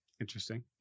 Interesting